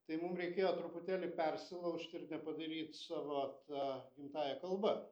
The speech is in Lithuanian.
tai mum reikėjo truputėlį persilaužt ir nepadaryt savo ta gimtąja kalba